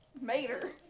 Mater